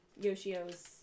Yoshio's